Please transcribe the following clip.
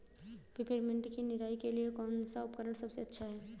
Peppermint की निराई के लिए कौन सा उपकरण सबसे अच्छा है?